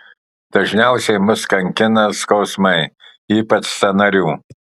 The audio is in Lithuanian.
dažniausiai mus kankina skausmai ypač sąnarių